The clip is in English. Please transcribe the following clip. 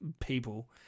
people